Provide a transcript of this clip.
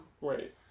Right